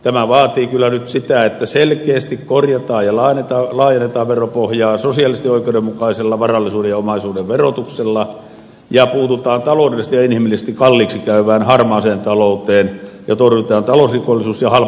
tämä vaatii kyllä nyt sitä että selkeästi korjataan ja laajennetaan veropohjaa sosiaalisesti oikeudenmukaisella varallisuuden ja omaisuuden verotuksella ja puututaan taloudellisesti ja inhimillisesti kalliiksi käyvään harmaaseen talouteen ja torjutaan talousrikollisuus ja halpatyömarkkinat